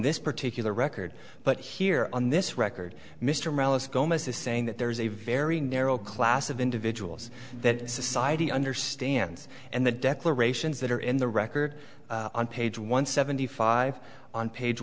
this particular record but here on this record mr mehlis goma's is saying that there is a very narrow class of individuals that society understands and the declarations that are in the record on page one seventy five on page